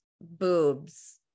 boobs